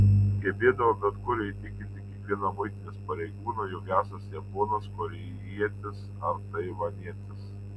gebėdavo bet kur įtikinti kiekvieną muitinės pareigūną jog esąs japonas korėjietis ar taivanietis